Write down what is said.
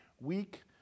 weak